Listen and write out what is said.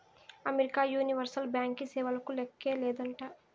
America universal బ్యాంకీ సేవలకు లేక్కే లేదంట